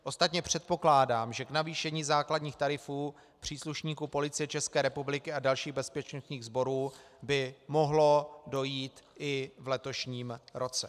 Ostatně předpokládám, že k navýšení základních tarifů příslušníků Policie ČR a dalších bezpečnostních sborů by mohlo dojít i v letošním roce.